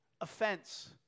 offense